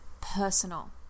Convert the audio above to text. personal